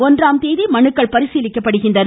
ஒன்றாம் ஆம் தேதி மனுக்கள் பரிசீலிக்கப்படுகின்றன